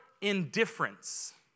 indifference